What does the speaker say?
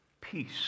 peace